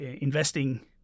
investing